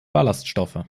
ballaststoffe